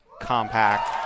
Compact